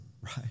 right